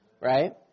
right